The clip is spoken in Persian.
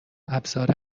ابزار